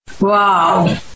Wow